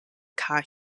kajo